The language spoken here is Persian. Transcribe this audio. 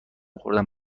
خوردن